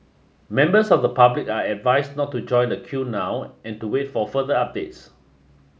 members of the public are advised not to join the queue now and to wait for further updates